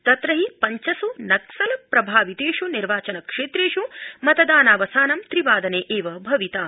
तत्र हि पञ्चस् नक्सल प्रभावितेष् निर्वाचन क्षेत्रेष् मतदानावसानं त्रि वादने एव भविता